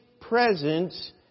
presence